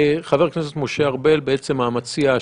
חבר הכנסת משה ארבל, בעצם המציע השלישי,